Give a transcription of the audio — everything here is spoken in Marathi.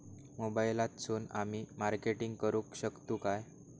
मोबाईलातसून आमी मार्केटिंग करूक शकतू काय?